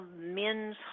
men's